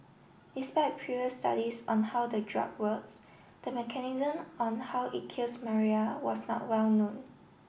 despite previous studies on how the drug works the mechanism on how it kills maria was not well known